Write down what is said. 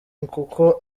kuko